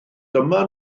dyma